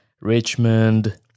Richmond